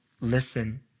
listen